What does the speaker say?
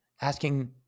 Asking